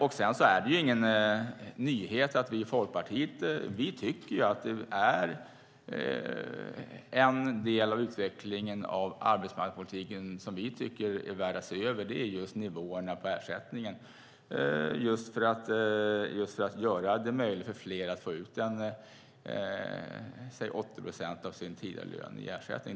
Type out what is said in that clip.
Det är ingen nyhet att vi i Folkpartiet tycker att en del av utvecklingen av arbetsmarknadspolitiken som är värd att se över är nivåerna på ersättningen för att på så sätt göra det möjligt för fler att få ut 80 procent av sin tidigare lön i ersättning.